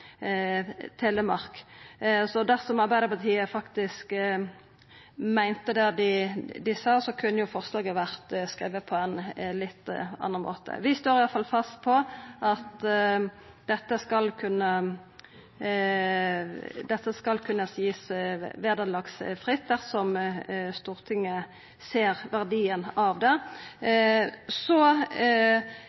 Telemark. Dersom Arbeidarpartiet faktisk meinte det dei sa, kunne forslaget vore skrive på ein litt annan måte. Vi står i alle fall fast på at dette skal kunna givast vederlagsfritt dersom Stortinget ser verdien av det. Så